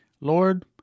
Lord